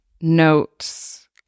notes